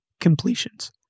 completions